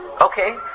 Okay